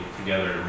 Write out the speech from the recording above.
together